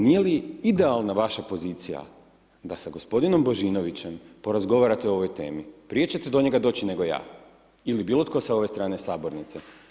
Nije li idealna vaša pozicija da sa gospodinom Božinovićem porazgovarate o ovoj temi, prije će te do njega doći nego ja, ili bilo tko sa ove strane sabornice.